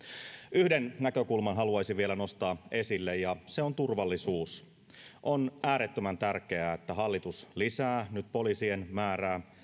yhden näkökulman haluaisin vielä nostaa esille ja se on turvallisuus on äärettömän tärkeää että hallitus lisää nyt poliisien määrää